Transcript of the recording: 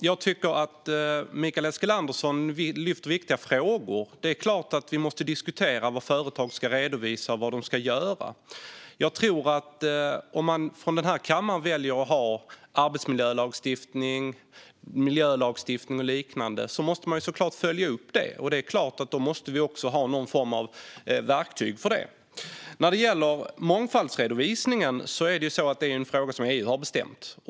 Fru talman! Mikael Eskilandersson lyfter upp viktiga frågor. Vi måste självklart diskutera vad företag ska redovisa och vad de ska göra. Om kammaren väljer att det ska finnas arbetsmiljölagstiftning, miljölagstiftning och liknande måste man följa upp det. Då måste man också ha verktyg för det. Mångfaldsredovisning är något som EU har bestämt.